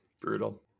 brutal